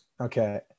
Okay